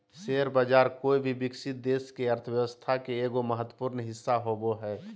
share बाज़ार कोय भी विकसित देश के अर्थ्व्यवस्था के एगो महत्वपूर्ण हिस्सा होबो हइ